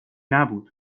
نبود